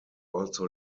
also